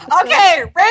Okay